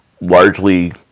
largely